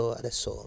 adesso